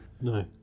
No